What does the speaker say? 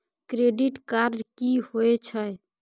Credit card की होय छै?